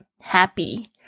Happy